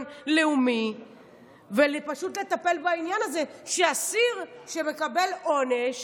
לאומי ופשוט לטפל בעניין הזה שאסיר שמקבל עונש